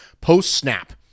post-snap